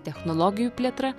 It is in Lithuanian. technologijų plėtra